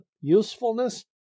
Usefulness